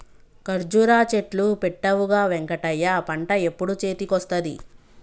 కర్జురా చెట్లు పెట్టవుగా వెంకటయ్య పంట ఎప్పుడు చేతికొస్తది